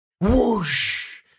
Whoosh